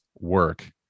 work